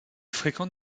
fréquente